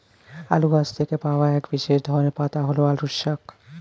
আলু গাছ থেকে পাওয়া এক বিশেষ ধরনের পাতা হল আলু শাক